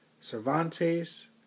Cervantes